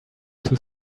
too